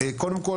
קודם כול,